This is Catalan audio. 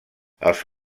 els